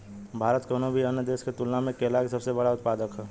भारत कउनों भी अन्य देश के तुलना में केला के सबसे बड़ उत्पादक ह